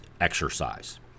exercise